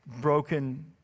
broken